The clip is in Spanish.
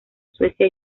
suecia